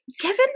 Given